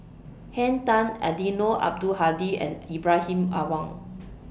Henn Tan Eddino Abdul Hadi and Ibrahim Awang